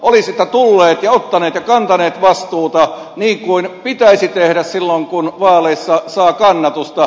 olisitte tulleet ja ottaneet ja kantaneet vastuuta niin kuin pitäisi tehdä silloin kun vaaleissa saa kannatusta